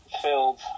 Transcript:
filled